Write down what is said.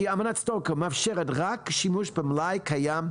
כי אמנת שטוקהולם מאפשרת רק שימוש במלאי קיים,